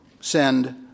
send